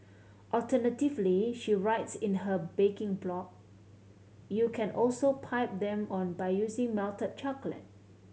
alternatively she writes in her baking blog you can also pipe them on by using melted chocolate